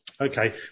Okay